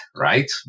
right